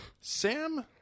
Sam